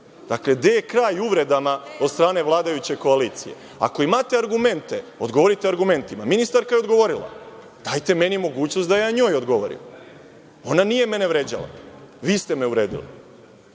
Dakle, gde je kraj uvredama od strane vladajuće koalicije? Ako imate argumente, odgovorite argumentima. Ministarka je odgovorila. Dajte meni mogućnost da ja njoj odgovorim. Ona nije mene vređala. Vi ste me uvredili.